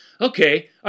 okay